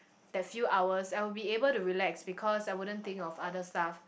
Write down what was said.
that few hours I would be able to relax because I wouldn't think of other stuff